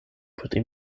pri